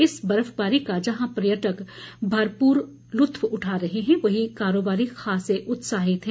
इस बर्फबारी का जहां पर्यटक भरपूर लुत्फ उठा रहे हैं वहीं कारोबारी खासे उत्साहित हैं